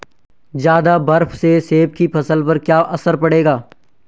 ज़्यादा बर्फ से सेब की फसल पर क्या असर पड़ेगा?